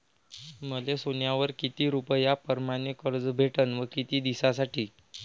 मले सोन्यावर किती रुपया परमाने कर्ज भेटन व किती दिसासाठी?